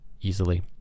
easily